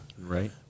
Right